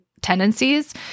tendencies